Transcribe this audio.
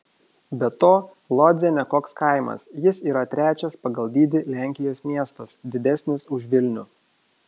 be to lodzė ne koks kaimas jis yra trečias pagal dydį lenkijos miestas didesnis už vilnių